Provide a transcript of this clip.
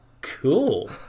Cool